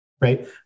Right